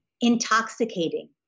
intoxicating